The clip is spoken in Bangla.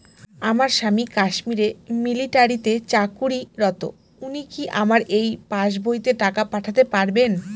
আমার স্বামী কাশ্মীরে মিলিটারিতে চাকুরিরত উনি কি আমার এই পাসবইতে টাকা পাঠাতে পারবেন?